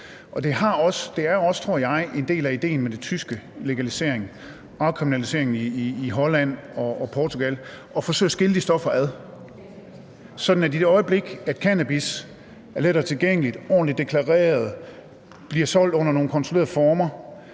tror jeg, en del af idéen med den tyske legalisering, afkriminaliseringen i Holland og Portugal at forsøge at adskille de stoffer, sådan at i det øjeblik cannabis er lettere tilgængeligt, ordentligt deklareret, bliver solgt under nogle kontrollerede former,